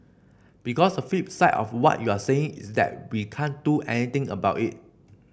because the flip side of what you're saying is that we can't do anything about it